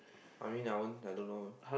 I mean I won't I don't know